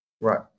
Right